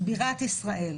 בירת ישראל.